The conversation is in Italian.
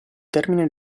termine